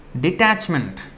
Detachment